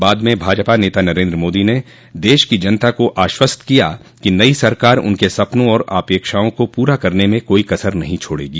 बाद में भाजपा नेता नरेंद्र मोदी ने देश की जनता को आश्वस्त किया कि नई सरकार उनके सपनों और अपेक्षाओं को पूरा करने में कोई कसर नहीं छोड़गी